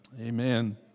amen